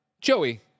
Joey